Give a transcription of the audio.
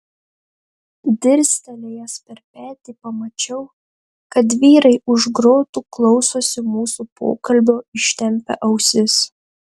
dirstelėjęs per petį pamačiau kad vyrai už grotų klausosi mūsų pokalbio ištempę ausis